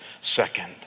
second